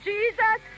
Jesus